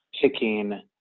picking